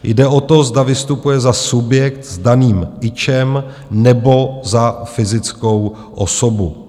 Jde o to, zda vystupuje za subjekt s daným ičem , nebo za fyzickou osobu.